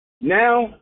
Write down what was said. Now